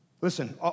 Listen